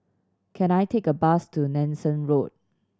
can I take a bus to Nanson Road